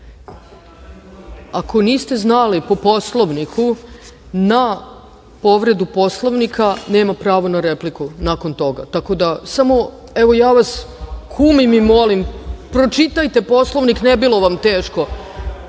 niste znali, po Poslovniku, na povredu Poslovnika nema pravo na repliku nakon toga. Ja vas kumim i molim, pročitajte Poslovnik, ne bilo vam teško.